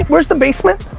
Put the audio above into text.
where's the basement,